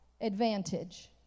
advantage